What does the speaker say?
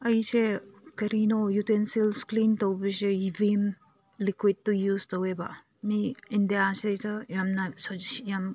ꯑꯩꯁꯦ ꯀꯔꯤꯅꯣ utensils clean ꯇꯧꯕꯁꯦ ꯑꯩꯒꯤ ꯚꯤꯝ ꯂꯤꯀ꯭ꯋꯤꯠꯇꯣ ꯌꯨꯖ ꯇꯧꯋꯦꯕ ꯃꯤ ꯏꯟꯗꯤꯌꯥ ꯁꯤꯗꯩꯗ ꯌꯥꯝꯅ ꯌꯥꯝ